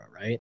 Right